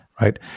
right